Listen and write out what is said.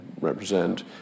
represent